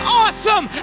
awesome